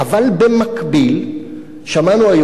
אבל במקביל שמענו היום,